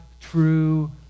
true